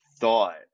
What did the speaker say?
thought